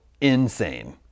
insane